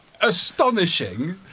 astonishing